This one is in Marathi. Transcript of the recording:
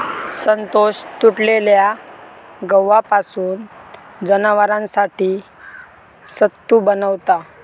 संतोष तुटलेल्या गव्हापासून जनावरांसाठी सत्तू बनवता